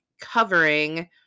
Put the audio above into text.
covering